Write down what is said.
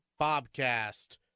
Bobcast